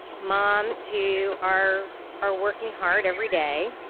moms who are are working hard every day,